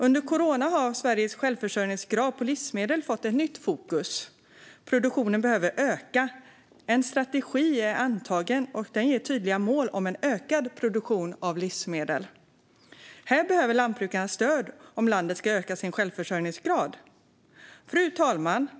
Under corona har Sveriges självförsörjningsgrad av livsmedel fått ett nytt fokus. Produktionen behöver öka. En strategi är antagen, och den anger tydliga mål för ökad produktion av livsmedel. Lantbrukarna behöver stöd om landet ska öka sin självförsörjningsgrad. Fru talman!